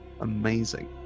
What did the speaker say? Amazing